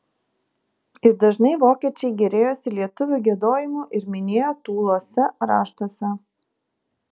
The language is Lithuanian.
ir dažnai vokiečiai gėrėjosi lietuvių giedojimu ir minėjo tūluose raštuose